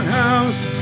house